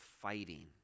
fighting